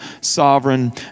sovereign